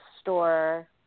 store